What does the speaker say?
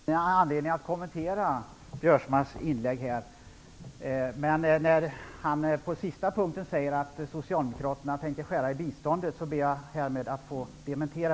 Herr talman! Jag har egentligen ingen anledning att kommentera K-G Biörsmarks inlägg. Men han säger att Socialdemokraterna tänker skära i biståndet. Det vill jag härmed dementera.